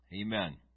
Amen